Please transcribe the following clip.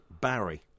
Barry